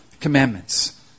commandments